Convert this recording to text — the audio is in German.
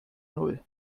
null